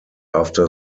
after